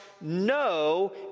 no